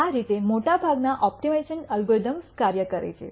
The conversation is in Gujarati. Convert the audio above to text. આ રીતે મોટાભાગના ઓપ્ટિમાઇઝેશન એલ્ગોરિધમ્સ કાર્ય કરે છે